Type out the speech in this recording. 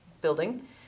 building